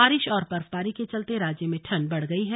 बारिश और बर्फबारी के चलते राज्य में ठण्ड बढ़ गई है